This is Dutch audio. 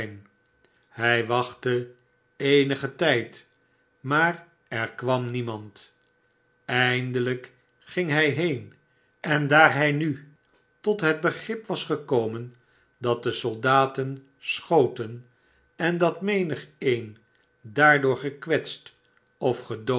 hij wachtte eemgen tijd maar er kwam niemand eindelijk ging hij heen en daar hij nu tot het begrip was gekomen dat de soldaten schoten en dat menigeen daardoor gekwetst of gedood